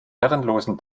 herrenlosen